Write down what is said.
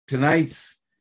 Tonight's